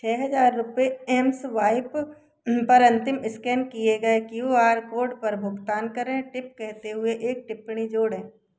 छः हज़ार रुपये एमस्वाइप पर अंतिम स्कैन किए गए क्यू आर कोड पर भुगतान करें टिप कहते हुए एक टिप्पणी जोड़ें